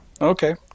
Okay